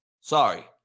Sorry